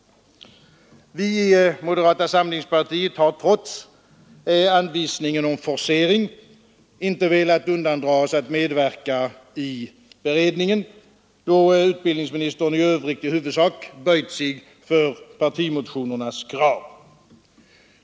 Vi i moderata samlingspartiet har trots anvisningen om forcering inte velat undandra oss att medverka i beredningen, då utbildningsministern i övrigt i huvudsak böjt sig för partimotionernas krav.